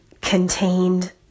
contained